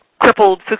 crippled